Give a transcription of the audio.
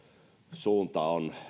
suunta